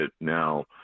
now